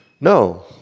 no